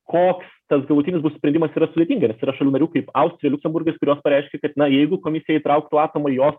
koks tas galutinis bus sprendimas yra sudėtinga nes yra šalių narių kaip austrija liuksemburgas kurios pareiškė kad na jeigu komisija įtrauktų atomą jos